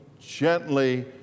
gently